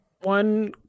one